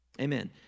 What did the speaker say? Amen